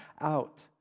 out